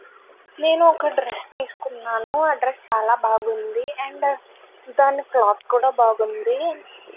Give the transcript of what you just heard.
నేను ఒక డ్రెస్ తీసుకున్నాను ఆ డ్రెస్ చాలా బాగుంది అండ్ దాని క్లాత్ కూడా బాగుంది